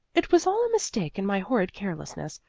it was all a mistake and my horrid carelessness.